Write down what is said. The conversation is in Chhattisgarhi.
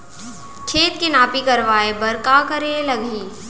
खेत के नापी करवाये बर का करे लागही?